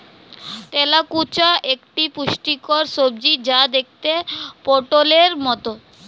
তেলাকুচা একটি পুষ্টিকর সবজি যা দেখতে পটোলের মতো